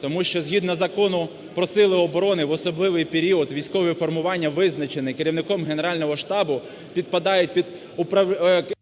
тому що згідно Закону про сили оборони в особливий період військові формування, визначені керівником Генерального штабу, підпадають під… ГОЛОВУЮЧИЙ.